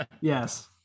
Yes